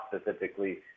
specifically